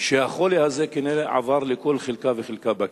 שהחולי הזה כנראה עבר לכל חלקה וחלקה בכנסת.